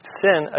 sin